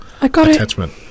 attachment